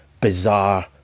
bizarre